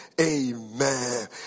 amen